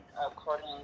according